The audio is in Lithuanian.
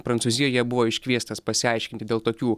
prancūzijoje buvo iškviestas pasiaiškinti dėl tokių